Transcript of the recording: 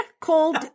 called